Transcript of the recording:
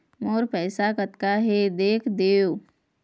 मोर पैसा कतका हे देख देव?